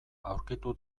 aurkitu